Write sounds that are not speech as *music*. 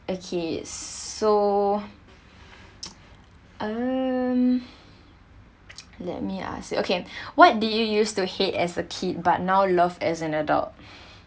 okay so *noise* um let me ask you okay what do you use to hate as a kid but now love as an adult